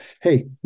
Hey